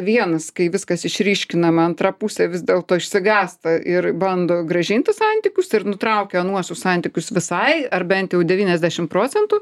vienas kai viskas išryškinama antra pusė vis dėlto išsigąsta ir bando grąžinti santykius ir nutraukia anuos jau santykius visai ar bent jau devyniasdešim procentų